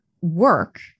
work